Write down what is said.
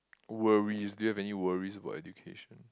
worries do you have any worries about education